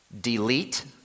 Delete